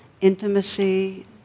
intimacy